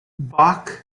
bach